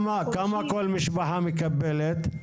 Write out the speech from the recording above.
כמה כל משפחה מקבלת?